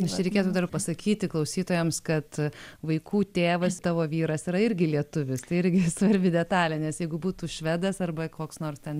nes čia reikėtų dar pasakyti klausytojams kad vaikų tėvas tavo vyras yra irgi lietuvis tai irgi svarbi detalė nes jeigu būtų švedas arba koks nors ten